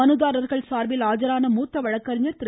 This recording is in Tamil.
மனுதாரர்கள் சார்பில் ஆஜரான மூத்த வழக்கறிஞர் திரு